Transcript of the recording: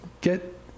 get